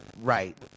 Right